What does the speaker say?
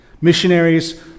Missionaries